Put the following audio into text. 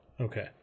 Okay